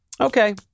Okay